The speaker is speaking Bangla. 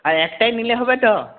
আর একটাই নিলে হবে তো